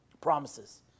promises